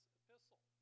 epistle